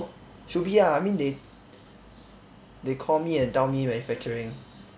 should be ah I mean they they call me and tell me manufacturing